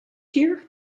here